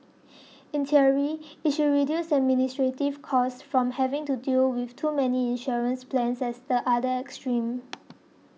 in theory it should reduce administrative costs from having to deal with too many insurance plans as the other extreme